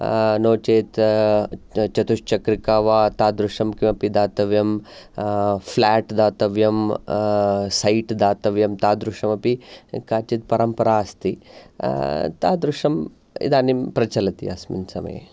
नो चेत् चतुश्चक्रिका वा तादृशं किमपि दातव्यं फ्लाट् दातव्यं सैट् दातव्यं तादृशमपि काचित् परम्परा अस्ति तादृशं इदानीं प्रचलति अस्मिन् समये